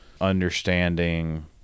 understanding